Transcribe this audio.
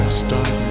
start